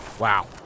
Wow